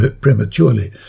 prematurely